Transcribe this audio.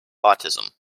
autism